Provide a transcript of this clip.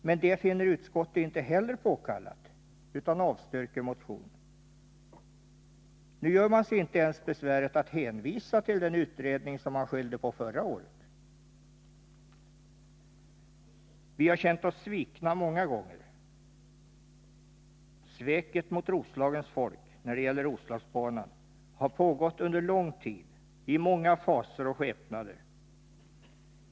Men det finner utskottet inte påkallat utan avstyrker motionen. Nu gör man sig inte ens besväret att hänvisa till den utredning som man skyllde på förra året. Vi har känt oss svikna många gånger. Sveket mot Roslagens folk när det gäller Roslagsbanan har pågått under lång tid och i många faser och skepnader.